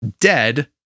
dead